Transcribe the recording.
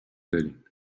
دارین